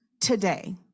today